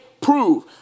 Prove